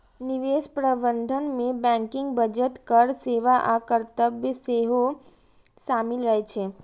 निवेश प्रबंधन मे बैंकिंग, बजट, कर सेवा आ कर्तव्य सेहो शामिल रहे छै